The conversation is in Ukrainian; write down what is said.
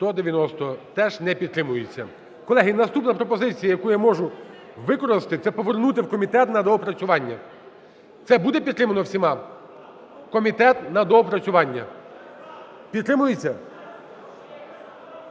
Теж не підтримується. Колеги, наступна пропозиція, яку я можу використати, це повернути в комітет на доопрацювання. Це буде підтримано всіма? В комітет на доопрацювання. Підтримується?